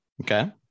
Okay